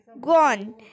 gone